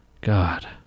god